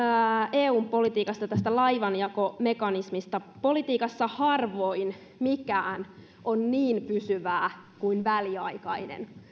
eun politiikasta tästä laivanjakomekanismista politiikassa harvoin mikään on niin pysyvää kuin väliaikainen